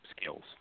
skills